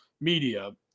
media